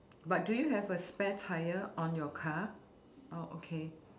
but do you have a spare tyre on your car oh okay